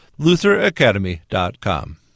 lutheracademy.com